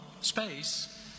space